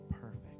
perfect